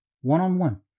one-on-one